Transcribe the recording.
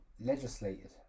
Legislated